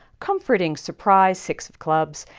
comforting surprise six of clubs,